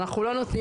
אנחנו לא נותנים